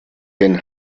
den